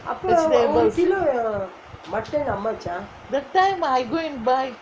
that time ah I go and buy